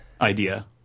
Idea